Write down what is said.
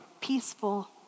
peaceful